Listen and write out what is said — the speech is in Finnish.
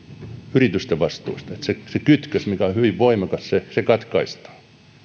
yritysten vastuista että se kytkös mikä on hyvin voimakas katkaistaan